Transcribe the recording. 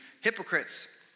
hypocrites